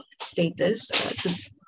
status